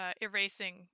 erasing